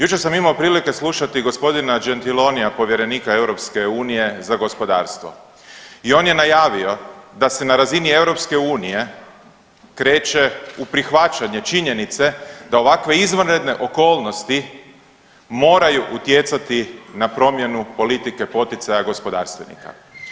Jučer sam imao prilike slušati g. Gentilonija, povjerenika EU za gospodarstvo i on je najavio da se na razini EU kreće u prihvaćanje činjenice da ovakve izvanredne okolnosti moraju utjecati na promjenu politike poticaja gospodarstvenika.